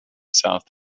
south